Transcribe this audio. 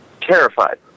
terrified